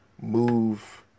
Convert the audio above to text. move